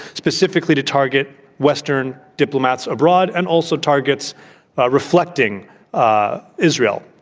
specifically to target western diplomats abroad and also targets reflecting ah israel.